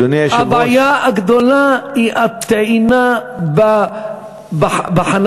הבעיה האחרונה היא הטעינה בחניה,